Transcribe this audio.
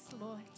Lord